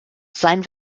sein